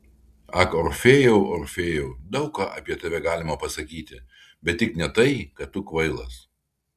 ak orfėjau orfėjau daug ką apie tave galima pasakyti bet tik ne tai kad tu kvailas